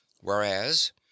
Whereas